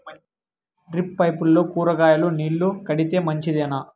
Drip పైపుల్లో కూరగాయలు నీళ్లు కడితే మంచిదేనా?